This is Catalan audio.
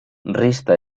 resta